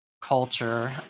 culture